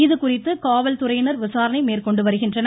இதுகுறித்து காவல்துறையினர் விசாரணை மேற்கொண்டு வருகின்றனர்